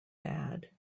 bad